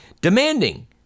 demanding